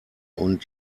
und